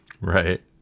Right